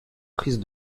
prises